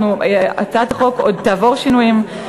הצעת החוק עוד תעבור שינויים,